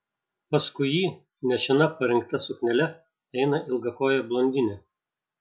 paskui jį nešina parinkta suknele eina ilgakojė blondinė